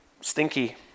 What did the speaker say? stinky